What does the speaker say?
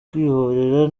kwihorera